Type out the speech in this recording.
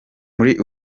muri